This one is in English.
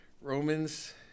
Romans